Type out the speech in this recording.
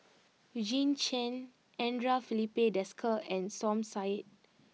Eugene Chen Andre Filipe Desker and Som Said